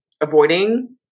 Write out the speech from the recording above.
avoiding